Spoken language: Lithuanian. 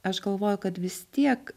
aš galvoju kad vis tiek